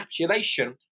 encapsulation